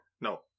No